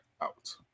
out